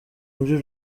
muri